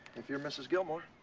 if you're mrs. gilmore.